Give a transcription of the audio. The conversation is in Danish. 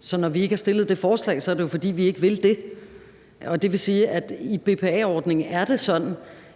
Så når vi ikke har fremsat det forslag, er det jo, fordi vi ikke vil det, og det vil sige, at i BPA-ordningen er det sådan,